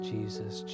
Jesus